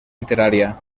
literaria